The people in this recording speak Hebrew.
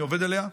אני עובד עליה,